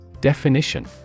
Definition